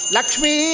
Lakshmi